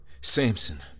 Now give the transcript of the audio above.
Samson